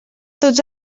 tots